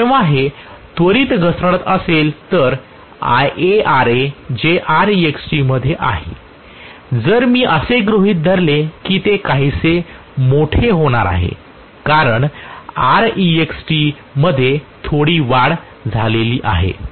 जेव्हा हे त्वरित घसरत असेल तर IaRa हे Rext मध्ये आहे जर मी असे गृहीत धरले की ते काहीसे मोठे होणार आहे कारण Rext मध्ये थोडी वाढ झाली आहे